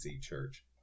church